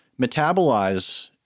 metabolize